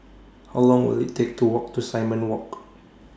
How Long Will IT Take to Walk to Simon Walk